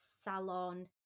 salon